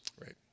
Right